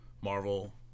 Marvel